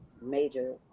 major